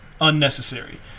unnecessary